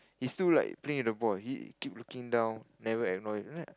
he still like playing with the ball he keep looking down never acknowledge